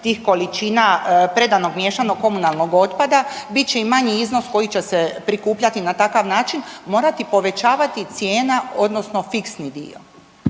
tih količina predanog miješanog komunalnog otpada bit će i manji iznos koji će se prikupljati na takav način, morati povećavati cijena odnosno fiksni dio?